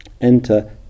enter